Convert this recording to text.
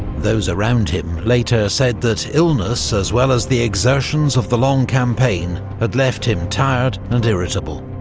those around him later said that illness, as well as the exertions of the long campaign, had left him tired and irritable.